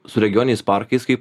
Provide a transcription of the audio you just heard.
su regioniniais parkais kai